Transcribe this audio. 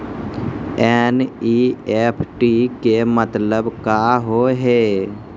NEFT के मतलब का होव हेय?